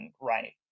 right